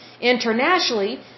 Internationally